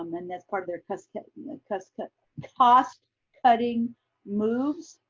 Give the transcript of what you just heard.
um and that's part of their cost cutting and cost cutting cost cutting moves.